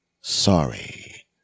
Sorry